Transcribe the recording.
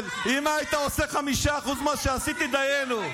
אם היית עושה 5% ממה שעשיתי, דיינו.